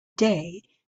day